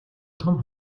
том